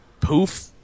poof